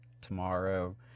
tomorrow